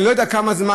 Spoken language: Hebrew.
אני לא יודע כמה זמן,